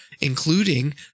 including